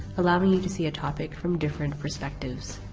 allowing you to see a topic from different perspectives.